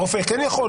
הרופא כן יכול?